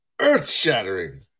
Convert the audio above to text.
Earth-shattering